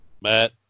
Matt